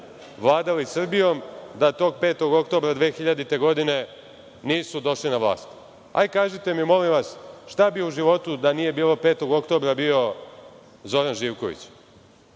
vladali Srbijom da tog 5. Oktobra 2000. godine nisu došli na vlast. Kažite mi molim vas, šta bi u životu da nije bio Zoran Živković?